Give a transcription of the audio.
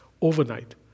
overnight